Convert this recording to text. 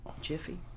Jiffy